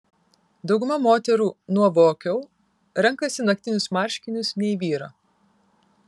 dauguma moterų nuovokiau renkasi naktinius marškinius nei vyrą